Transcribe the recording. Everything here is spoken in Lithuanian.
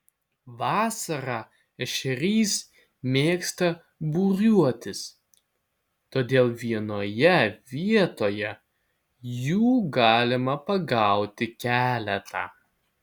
vasarą ešerys mėgsta būriuotis todėl vienoje vietoje jų galima pagauti keletą